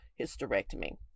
hysterectomy